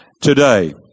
today